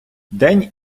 день